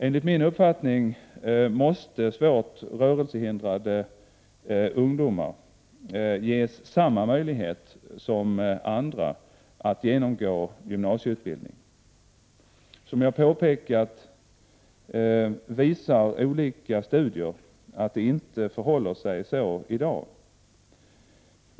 Enligt min uppfattning måste svårt rörelsehindrade ungdomar ges samma möjligheter som andra att genomgå gymnasieutbildning. Som jag påpekat, visar olika studier att det inte förhåller sig så i dag.